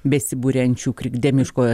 besiburiančių krikdemiškojo